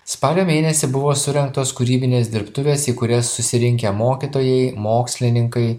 spalio mėnesį buvo surengtos kūrybinės dirbtuvės į kurias susirinkę mokytojai mokslininkai